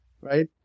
right